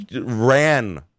ran